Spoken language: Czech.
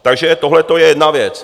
Takž tohleto je jedna věc.